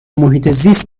محیطزیست